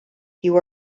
you